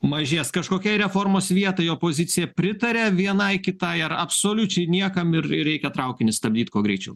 mažės kažkokiai reformos vietai opozicija pritaria vienai kitai ar absoliučiai niekam ir reikia traukinį stabdyt kuo greičiau